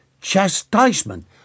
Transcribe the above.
chastisement